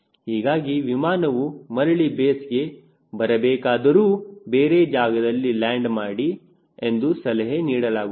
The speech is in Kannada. ಹೀಗಾಗಿ ವಿಮಾನವು ಮರಳಿ ಬೇಸ್ಗೆ ಬರಬೇಕಾದರೂ ಬೇರೆ ಜಾಗದಲ್ಲಿ ಲ್ಯಾಂಡ್ ಮಾಡಿ ಎಂದು ಸಲಹೆ ನೀಡಲಾಗುತ್ತದೆ